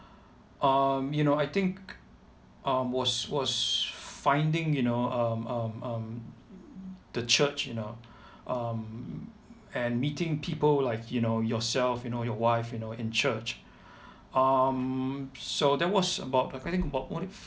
um you know I think I'm was was finding you know um um um the church you know um and meeting people like you know yourself you know your wife you know in church um so that was about like I think about